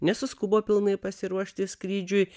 nesuskubo pilnai pasiruošti skrydžiui